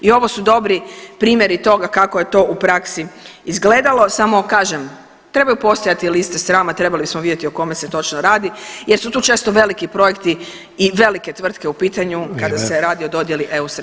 I ovo su dobri primjeri toga kako je to u praksi izgledalo, samo kažem trebaju postojati liste srama trebali smo vidjeti o kome se točno radi jer su tu često veliki projekti i velike tvrtke u pitanju [[Upadica Sanader: Vrijeme.]] kada se radi o dodjeli eu sredstava.